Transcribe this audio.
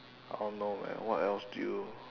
I don't know man what else do you